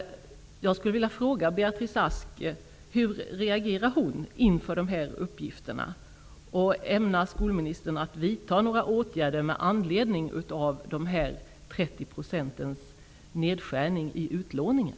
Jag skulle vilja fråga: Hur reagerar Beatrice Ask inför de här uppgifterna? Ämnar skolministern vidta några åtgärder med anledningen av den här 30 procentiga nedskärningen i utlåningen?